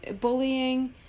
bullying